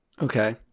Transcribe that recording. Okay